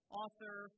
author